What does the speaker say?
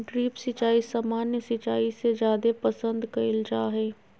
drip सिंचाई सामान्य सिंचाई से जादे पसंद कईल जा हई